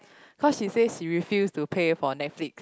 cause she say she refuse to pay for Netflix